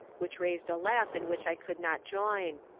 which raised a laugh in which i could not join.